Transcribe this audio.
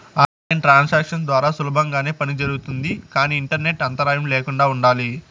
on line transactions ద్వారా సులభంగానే పని జరుగుతుంది కానీ ఇంటర్నెట్ అంతరాయం ల్యాకుండా ఉండాలి